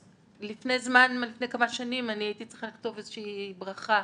לפני כמה שנים הייתי צריכה לכתוב איזה שהיא ברכה